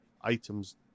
items